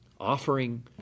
Offering